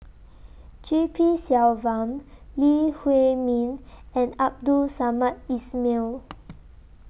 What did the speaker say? G P Selvam Lee Huei Min and Abdul Samad Ismail